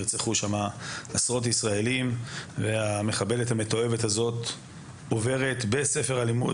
נרצחו שם עשרות ישראלים והמחבלת המתועבת הזאת מועברת בספר הלימוד,